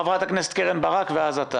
חברת הכנסת קרן ברק ואז מאיר שפיגלר יענה.